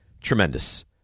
tremendous